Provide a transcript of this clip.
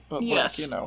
Yes